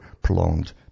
prolonged